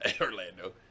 Orlando